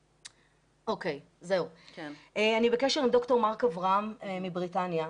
אני בקשר עם ד"ר מרק אברהם מבריטניה.